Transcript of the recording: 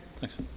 Thanks